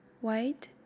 white